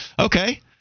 okay